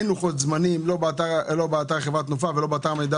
אין לוחות זמנים באתר חברת "תנופה" ובאתר מידע